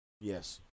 Yes